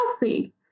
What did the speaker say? healthy